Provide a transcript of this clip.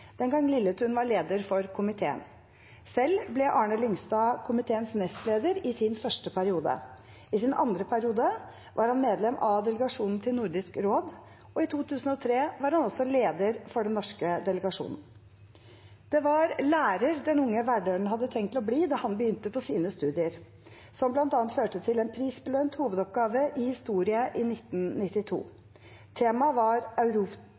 den gang Lilletun var leder for komiteen. Selv ble Arne Lyngstad komiteens nestleder i sin første periode. I sin andre periode var han medlem av delegasjonen til Nordisk råd, og i 2003 var han også leder for den norske delegasjonen. Det var lærer den unge verdølen hadde tenkt å bli da han begynte på sine studier, som bl.a. førte til en prisbelønt hovedoppgave i historie i 1992. Temaet var